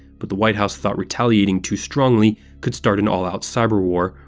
but the white house thought retaliating too strongly could start an all-out cyberwar,